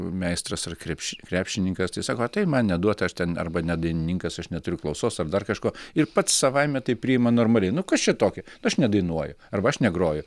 meistras ar krepši krepšininkas tai sako a tai man neduota aš ten arba ne dainininkas aš neturiu klausos ar dar kažko ir pats savaime tai priima normaliai nu kas čia tokio aš nedainuoju arba aš negroju